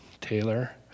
Taylor